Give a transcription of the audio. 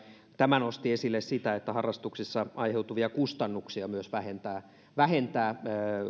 tämä nosti esille sitä että voisiko näistä harrastuksista aiheutuvia kustannuksia vähentää vähentää